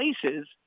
places